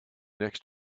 next